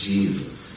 Jesus